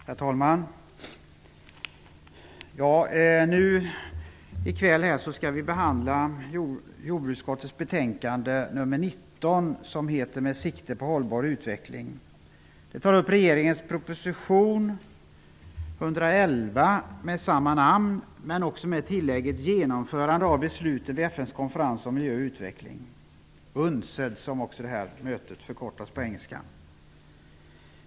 Herr talman! I kväll skall vi behandla jordbruksutskottets betänkande nr 19. Det heter Med sikte på hållbar utveckling. Det tar upp regeringens proposition 111. Den har samma namn men också ett tillägg: Genomförande av besluten vid FN:s konferens om miljö och utveckling -- UNCED. UNCED är den engelska förkortningen.